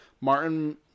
martin